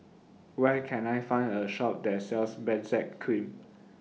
Where Can I Find A Shop that sells Benzac Cream